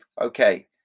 okay